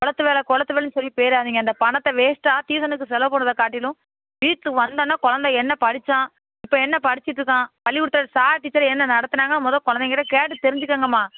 கொளத்து வேலை கொளத்து வேலைனு சொல்லிகிட்டு போயிடாதீங்க அந்த பணத்தை வேஸ்ட்டாக டியூஷனுக்கு செலவு பண்றதை காட்டிலும் வீட்டுக்கு வந்தவொடன்னே கொழந்த என்ன படித்தான் இப்போ என்ன படித்திட்டுருக்கான் பள்ளிக்கூடத்தில் சார் டீச்சர் என்ன நடத்தினாங்க மொதோல் கொழந்தைங்ககிட்ட கேட்டு தெரிஞ்சுக்கங்கம்மா